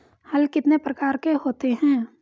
हल कितने प्रकार के होते हैं?